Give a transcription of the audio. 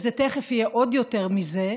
וזה תכף יהיה עוד יותר מזה,